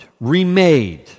remade